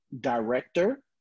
director